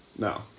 No